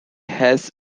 has